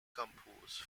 composed